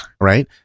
Right